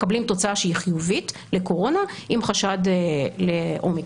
מקבלים תוצאה שהיא חיובית לקורונה עם חשד לאומיקרון.